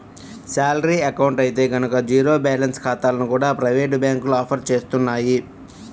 salary account అయితే గనక zero balance ఖాతాలను కూడా ప్రైవేటు బ్యాంకులు ఆఫర్ చేస్తున్నాయి